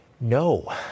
No